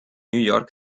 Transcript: york